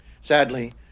Sadly